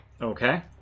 Okay